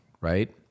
right